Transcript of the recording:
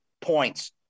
points